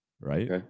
right